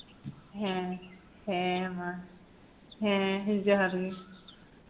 ᱦᱮᱸ ᱦᱮᱸ ᱢᱟ ᱦᱮᱸ ᱡᱚᱦᱟᱨ ᱜᱮ